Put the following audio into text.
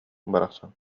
барахсан